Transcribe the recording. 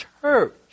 church